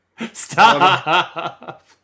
Stop